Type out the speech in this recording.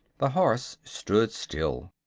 the horse stood still.